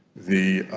the